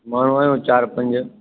माण्हू आहियूं चारि पंज